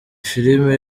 filime